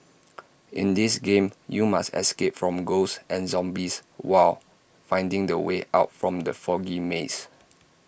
in this game you must escape from ghosts and zombies while finding the way out from the foggy maze